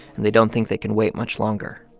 and they don't think they can wait much longer.